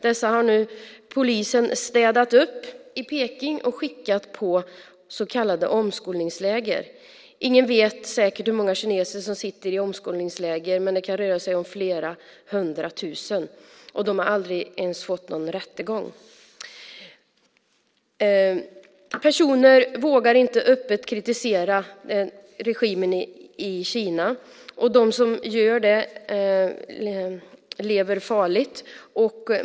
Dessa har nu polisen städat bort i Peking och skickat på så kallade omskolningsläger. Ingen vet säkert hur många kineser som sitter i omskolningsläger, men det kan röra sig om flera hundra tusen. De har aldrig ens fått någon rättegång. Personer vågar inte öppet kritisera regimen i Kina. De som gör det lever farligt.